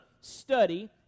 study